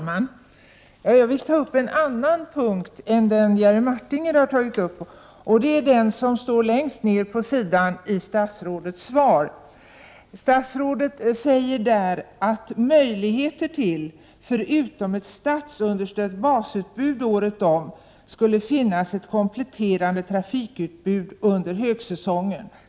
Herr talman! Jag vill särskilt ta upp en punkt i statsrådets svar till Jerry Martinger. Längst ned på första sidan i det stencilerade svaret står att det skulle finnas möjligheter till, ”förutom ett statsunderstött basutbud året om, ett kompletterande trafikutbud under högsäsong”.